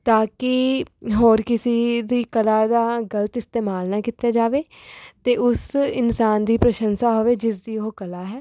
ਤਾਂ ਕਿ ਹੋਰ ਕਿਸੇ ਦੀ ਕਲਾ ਦਾ ਗਲਤ ਇਸਤੇਮਾਲ ਨਾ ਕੀਤਾ ਜਾਵੇ ਅਤੇ ਉਸ ਇਨਸਾਨ ਦੀ ਪ੍ਰਸ਼ੰਸਾ ਹੋਵੇ ਜਿਸ ਦੀ ਉਹ ਕਲਾ ਹੈ